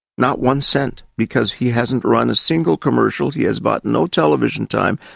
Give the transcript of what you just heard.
not one cent, because he hasn't run a single commercial, he has bought no television time,